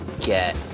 get